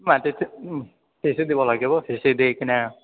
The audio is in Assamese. মাটিত সিঁচি দিব লাগিব সিঁচি দি কিনে